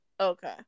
Okay